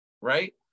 right